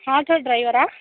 auto டிரைவரா